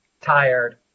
tired